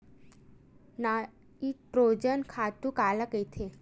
Nitrogen खातु काला कहिथे?